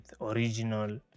original